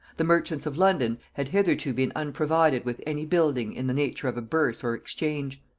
the merchants of london had hitherto been unprovided with any building in the nature of a burse or exchange,